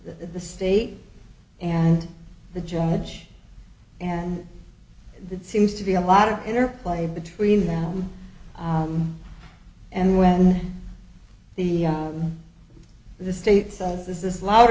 the state and the judge and that seems to be a lot of interplay between them and when the the state says this is loud